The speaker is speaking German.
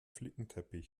flickenteppich